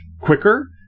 quicker